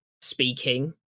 speaking